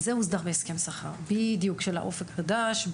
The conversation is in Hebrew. זה הוסדר בהסכם שכר של "אופק חדש",